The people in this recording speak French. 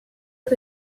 que